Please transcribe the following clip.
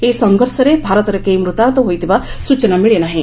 ଏହି ସଂଘର୍ଷରେ ଭାରତର କେହି ମୂତାହତ ହୋଇଥିବା ସୂଚନା ମିଳି ନାହିଁ